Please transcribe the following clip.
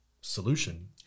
solution